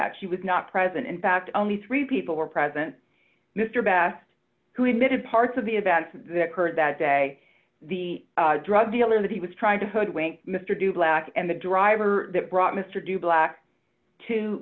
that she was not present in fact only three people were present mr best who had been to parts of the events that occurred that day the drug dealer that he was trying to hoodwink mr du black and the driver that brought mr du black to